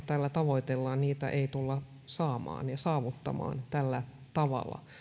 tällä tavoitellaan ei tulla saamaan ja saavuttamaan tällä tavalla